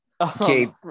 Okay